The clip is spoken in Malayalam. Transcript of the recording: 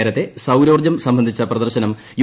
നേരത്തെ സൌരോർജ്ജു സംബന്ധിച്ച പ്രദർശനം യു